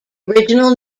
original